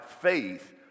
faith